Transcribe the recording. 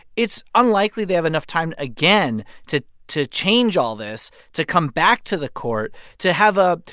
it's unlikely they have enough time again to to change all this, to come back to the court to have a,